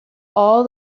all